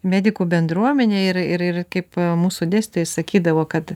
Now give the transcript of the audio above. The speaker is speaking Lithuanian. medikų bendruomenė ir ir kaip mūsų dėstytojai sakydavo kad